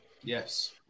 Yes